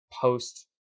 post